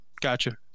Gotcha